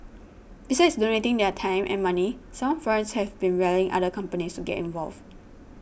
besides donating their time and money some firms have been rallying other companies to get involved